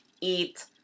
Eat